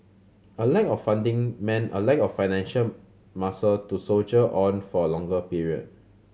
a lack of funding meant a lack of financial muscle to soldier on for a longer period